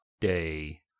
day